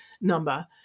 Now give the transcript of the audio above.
number